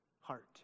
heart